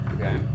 Okay